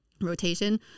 rotation